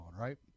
right